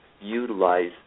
utilize